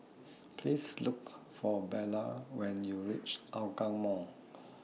Please Look For Bella when YOU REACH Hougang Mall